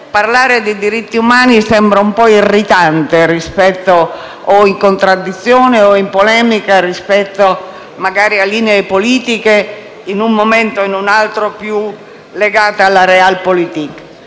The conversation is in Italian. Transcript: parlare di diritti umani sembra un po' irritante o in contraddizione o in polemica rispetto a linee politiche in un momento o in un altro più legate alla *Realpolitik*,